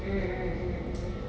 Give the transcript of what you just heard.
mm mm mm mm